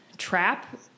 trap